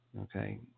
Okay